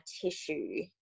tissue